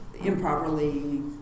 improperly